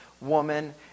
woman